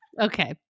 Okay